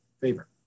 favor